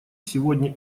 сегодня